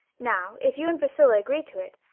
now, if you and priscilla agree to it,